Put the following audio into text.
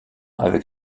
avec